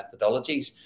methodologies